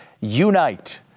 unite